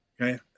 Okay